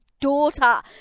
daughter